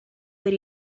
per